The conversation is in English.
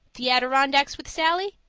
the adirondacks with sallie?